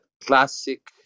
classic